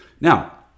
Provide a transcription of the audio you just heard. Now